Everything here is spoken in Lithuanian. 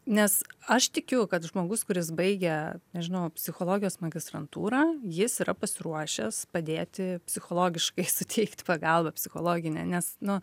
nes aš tikiu kad žmogus kuris baigia nežinau psichologijos magistrantūrą jis yra pasiruošęs padėti psichologiškai suteikt pagalbą psichologinę nes nu